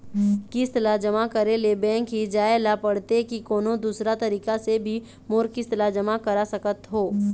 किस्त ला जमा करे ले बैंक ही जाए ला पड़ते कि कोन्हो दूसरा तरीका से भी मोर किस्त ला जमा करा सकत हो?